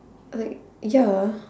like ya